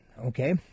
Okay